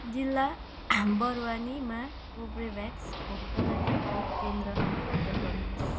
जिल्ला बरवानीमा कोर्बेभ्याक्स खोपका लागि खोप केन्द्रहरू फिल्टर गर्नुहोस्